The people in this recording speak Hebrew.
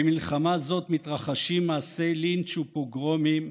במלחמה זו מתרחשים מעשי לינץ' ופוגרומים.